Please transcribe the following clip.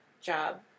job